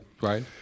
right